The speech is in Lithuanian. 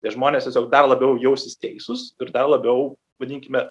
tie žmonės tiesiog dar labiau jausis teisus ir dar labiau vadinkime